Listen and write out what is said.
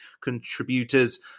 Contributors